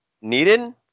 needed